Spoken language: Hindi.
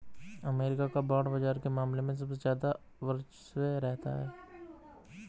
अमरीका का बांड बाजार के मामले में सबसे ज्यादा वर्चस्व रहा है